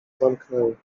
zamknęły